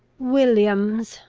williams!